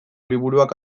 liburuak